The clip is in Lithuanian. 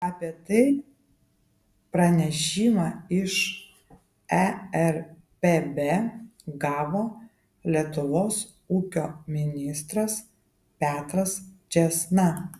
apie tai pranešimą iš erpb gavo lietuvos ūkio ministras petras čėsna